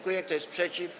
Kto jest przeciw?